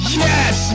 yes